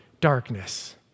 darkness